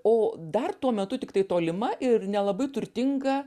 o dar tuo metu tiktai tolima ir nelabai turtinga